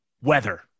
weather